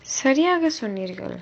சரியாக சொன்னீர்கள்:sariyaaga sonneergal